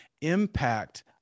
impact